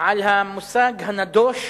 על המושג הנדוש,